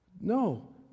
No